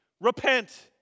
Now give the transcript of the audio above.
Repent